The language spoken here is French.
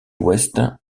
ouest